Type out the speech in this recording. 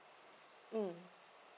mm